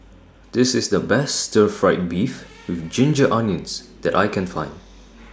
This IS The Best Stir Fried Beef with Ginger Onions that I Can Find